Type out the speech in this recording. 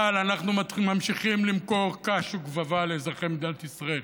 אבל אנחנו ממשיכים למכור קש וגבבה לאזרחי מדינת ישראל,